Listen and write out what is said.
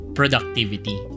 productivity